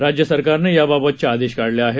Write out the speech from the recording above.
राज्य सरकारने याबाबतचे आदेश काढले आहेत